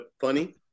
funny